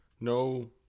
no